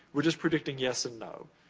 we're just predicting yes and no.